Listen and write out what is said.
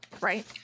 Right